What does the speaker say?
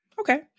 okay